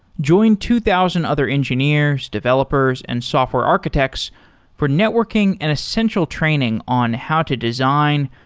join two thousand other engineers, developers and software architects for networking and essential training on how to design,